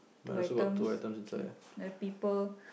two items K now people